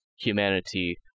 humanity